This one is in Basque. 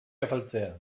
afaltzea